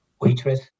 Waitress